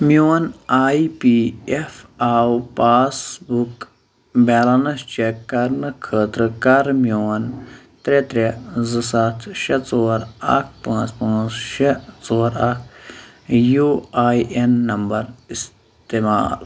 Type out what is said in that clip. میون I P F of passbook balance check کرنہٕ خٲطرٕ کر میون ترٛےٚ ترٛےٚ زٕ سَتھ شےٚ ژوٛر اَکھ پانٛژھ پانٛژھ شےٚ ژور اَکھ یوٗ آی این نمبر استعمال